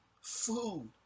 food